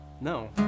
no